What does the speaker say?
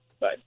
Bye